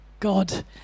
God